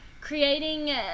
creating